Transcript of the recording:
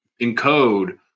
encode